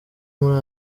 muri